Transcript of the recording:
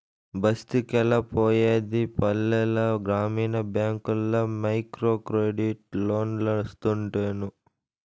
బస్తికెలా పోయేది పల్లెల గ్రామీణ బ్యాంకుల్ల మైక్రోక్రెడిట్ లోన్లోస్తుంటేను